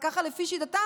ככה לפי שיטתם,